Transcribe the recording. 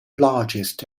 largest